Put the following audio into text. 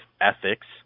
Ethics